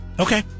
Okay